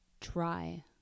dry